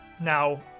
Now